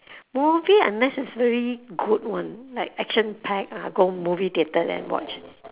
movie unless it's really good one like action packed ah go movie theatre then watch